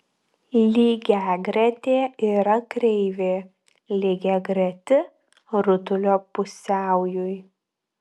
lygiagretė yra kreivė lygiagreti rutulio pusiaujui